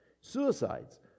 Suicides